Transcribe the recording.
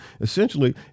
essentially